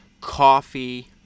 coffee